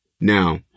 Now